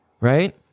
Right